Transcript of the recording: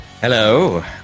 Hello